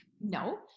No